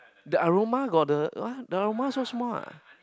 the aroma got the what the aroma so small ah